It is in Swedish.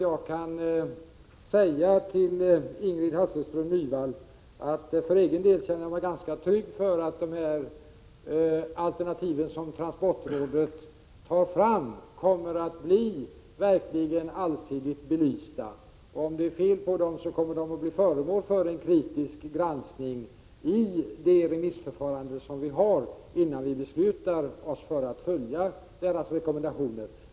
Jag kan säga till Ingrid Hasselström Nyvall att för egen del känner jag mig ganska trygg för att de alternativ som transportrådet tar fram verkligen kommer att bli allsidigt belysta. Om det är fel på dem kommer de att bli föremål för en kritisk granskning i det remissförfarande som vi har innan vi beslutar oss för att fullfölja rådets rekommendationer.